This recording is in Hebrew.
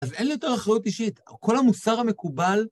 אז אין לי יותר אחריות אישית, כל המוסר המקובל...